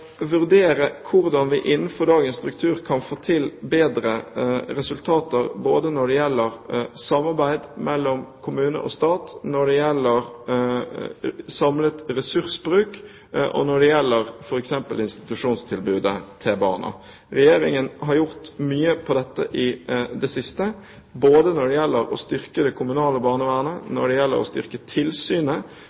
vurdere hvordan vi innenfor dagens struktur kan få til bedre resultater både når det gjelder samarbeid mellom kommune og stat, når det gjelder samlet ressursbruk, og når det gjelder f.eks. institusjonstilbudet til barna. Regjeringen har gjort mye på dette området i det siste, både når det gjelder å styrke det kommunale barnevernet, når det gjelder å styrke tilsynet,